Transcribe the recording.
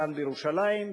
כאן בירושלים,